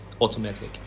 automatic